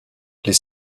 les